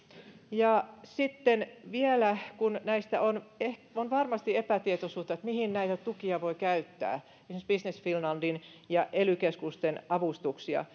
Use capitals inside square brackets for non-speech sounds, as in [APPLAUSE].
sitten vielä kun on varmasti epätietoisuutta siitä mihin näitä tukia voi käyttää esimerkiksi business finlandin ja ely keskusten avustuksia [UNINTELLIGIBLE]